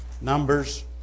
Numbers